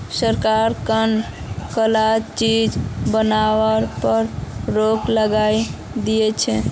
सरकार कं कताला चीज बनावार पर रोक लगइं दिया छे